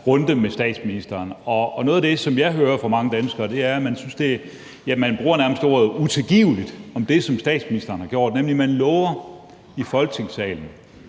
runde med statsministeren. Og noget af det, som jeg hører fra mange danskere, er, at man synes, det er, ja, man bruger nærmest ordet utilgiveligt om det, som statsministeren har gjort, nemlig at statsministeren